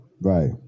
Right